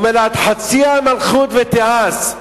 אומר לה: עד חצי המלכות ותיעש,